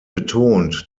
betont